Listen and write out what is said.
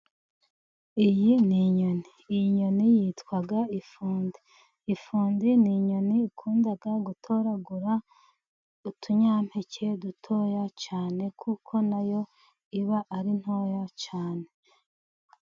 Iyi ni inyoni. Iyi nyoni yitwa ifundi. Ifundi ni inyoni ikunda gutoragura utunyampeke dutoya cyane, kuko na yo iba ari ntoya cyane.